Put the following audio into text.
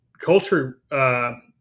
culture